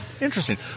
interesting